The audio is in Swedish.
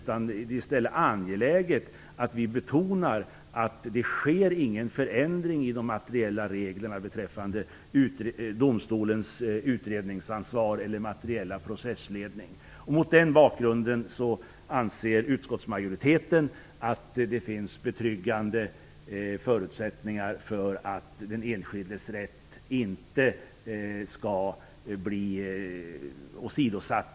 Det är i stället angeläget att vi betonar att det inte sker någon förändring i de materiella reglerna beträffande domstolens utredningsansvar eller materiella processledning. Mot den bakgrunden anser utskottsmajoriteten att det finns betryggande förutsättningar för att den enskildes rätt inte skall bli åsidosatt.